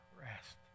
rest